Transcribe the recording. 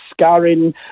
scarring